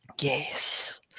Yes